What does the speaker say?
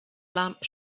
lamp